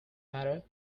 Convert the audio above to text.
matter